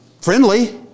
friendly